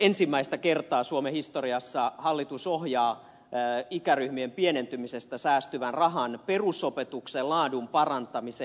ensimmäistä kertaa suomen historiassa hallitus ohjaa ikäryhmien pienentymisestä säästyvän rahan perusopetuksen laadun parantamiseen